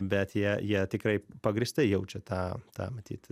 bet jie jie tikrai pagrįstai jaučia tą tą matyt